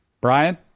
Brian